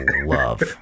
love